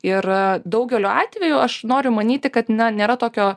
ir daugeliu atveju aš noriu manyti kad nėra tokio